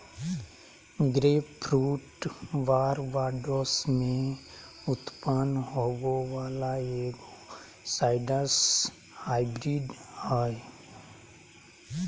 grapefruit Barbados में उत्पन्न होबो वला एगो साइट्रस हाइब्रिड हइ